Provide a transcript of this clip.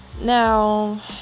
now